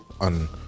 on